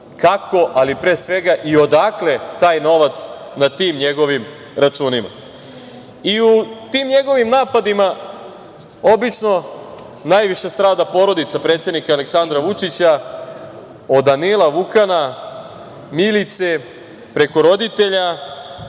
kako, ali pre svega i odakle taj novac na tim njegovim računima?U tim njegovim napadima obično najviše strada porodica predsednika Aleksandra Vučića, od Danila, Vukana, Milice, preko roditelja,